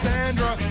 Sandra